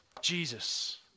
Jesus